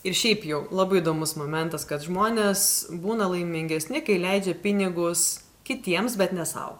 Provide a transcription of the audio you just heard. ir šiaip jau labai įdomus momentas kad žmonės būna laimingesni kai leidžia pinigus kitiems bet ne sau